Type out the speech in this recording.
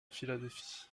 philadelphie